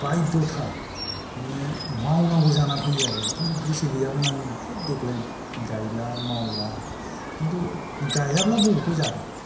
बायध्दथा मावनांगौ जानानै फैयो आरो खिन्तु गोसो गैयामोन आं आह देग्लाय गायला मावला खिन्तु गायाब्ला बबेखौ जागोन